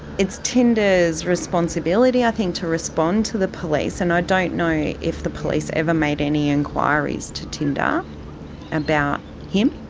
it's tinder's responsibility, i think, to respond to the police, and i don't know if the police ever made any inquiries to tinder about him,